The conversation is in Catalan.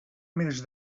més